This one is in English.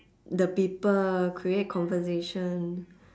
the people create conversation